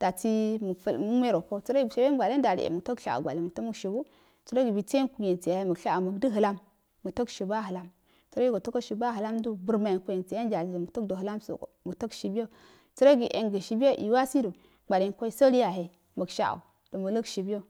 dan inuagfe mugmehe roko sərəgi shibuyongwale ndali e muglo shalo gwale mugto mugshitu sərogi bisyenkkun yarhe musgaha o mug dəhalm soko mugtogshebiyo sərogi engəshibiyo ewasidu gwalnko salihahe mugasha do mulshibiyo,